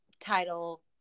title